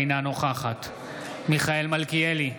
אינה נוכחת מיכאל מלכיאלי,